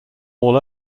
all